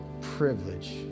privilege